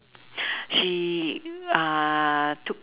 she uh took